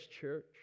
church